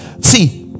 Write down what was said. see